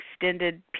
extended